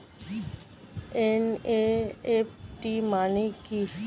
NEFT মানে কি?